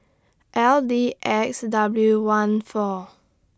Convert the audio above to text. L D X W one four